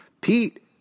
Pete